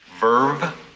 Verve